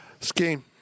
Scheme